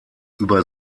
über